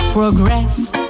Progress